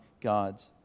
God's